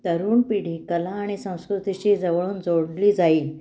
तरुण पिढी कला आणि संस्कृतीशी जवळून जोडली जाईल